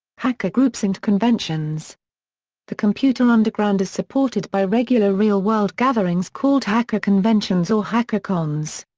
hacker groups and conventions the computer underground is supported by regular real-world gatherings called hacker conventions or hacker cons.